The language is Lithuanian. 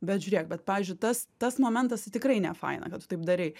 bet žiūrėk bet pavyzdžiui tas tas momentas tai tikrai nefaina kad tu taip darei